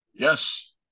Yes